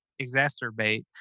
exacerbate